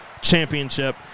Championship